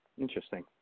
Interesting